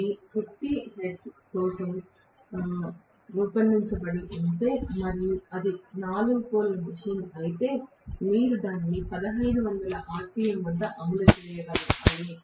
అవి 50 హెర్ట్జ్ కోసం రూపొందించబడి ఉంటే మరియు అది 4 పోల్ మెషీన్ అయితే మీరు దానిని 1500 rpm వద్ద అమలు చేయాలి